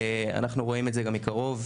אנחנו רואים את זה גם מקרוב.